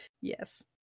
yes